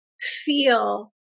feel